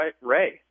Ray